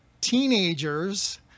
teenagers